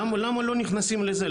למה לא נכנסים לזה?